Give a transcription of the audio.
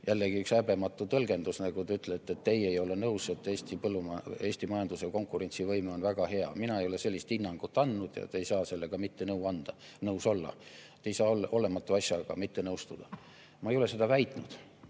jällegi üks häbematu tõlgendus, kui te ütlesite, et teie ei ole nõus, et Eesti majanduse konkurentsivõime on väga hea. Mina ei ole sellist hinnangut andnud ja te ei saa sellega mitte nõus olla. Ei saa olematu asjaga mitte nõustuda. Ma ei ole seda väitnud.